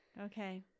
Okay